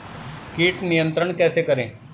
कीट नियंत्रण कैसे करें?